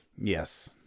Yes